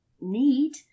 need